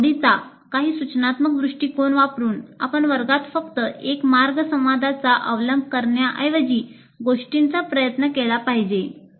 आपल्या आवडीचा काही सूचनात्मक दृष्टीकोन वापरुन आपण वर्गात फक्त एक मार्ग संवादाचा अवलंब करण्याऐवजी गोष्टींचा प्रयत्न केला पाहिजे